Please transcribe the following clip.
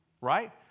Right